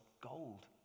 gold